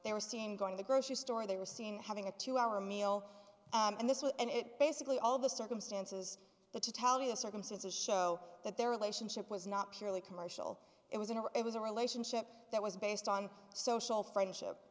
they were seen going to the grocery store they were seen having a two hour meal and this was and it basically all the circumstances that to tell you the circumstances show that their relationship was not purely commercial it was in or it was a relationship that was based on social friendship